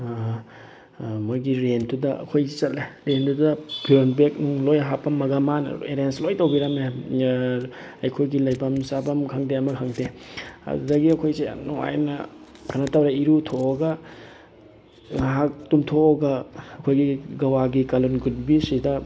ꯃꯣꯏꯒꯤ ꯔꯦꯟꯠꯇꯨꯗ ꯑꯩꯍꯣꯏꯁꯤ ꯆꯠꯂꯦ ꯔꯦꯟꯠꯗꯨꯗ ꯐꯤꯔꯣꯟ ꯕꯦꯒꯅꯨꯡ ꯂꯣꯏ ꯍꯥꯄꯝꯃꯒ ꯃꯥꯅ ꯑꯦꯔꯦꯟꯖ ꯂꯣꯏ ꯇꯧꯕꯤꯔꯝꯃꯦ ꯑꯩꯈꯣꯏꯒꯤ ꯂꯩꯐꯝ ꯆꯥꯐꯝ ꯈꯪꯗꯦ ꯑꯃ ꯈꯪꯗꯦ ꯑꯗꯨꯗꯒꯤ ꯑꯩꯈꯣꯏꯁꯦ ꯌꯥꯝ ꯅꯨꯡꯉꯥꯏꯅ ꯀꯩꯅꯣ ꯇꯧꯔꯦ ꯏꯔꯨ ꯊꯣꯛꯑꯒ ꯉꯥꯏꯍꯥꯛ ꯇꯨꯝꯊꯣꯛꯑꯒ ꯑꯩꯈꯣꯏꯒꯤ ꯒꯋꯥꯒꯤ ꯀꯥꯂꯟꯒꯨ ꯕꯤꯆꯁꯤꯗ